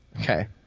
Okay